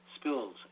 Spills